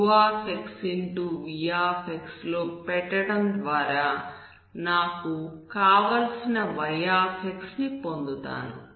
v లో పెట్టడం ద్వారా నాకు కావలసిన y ని పొందుతాను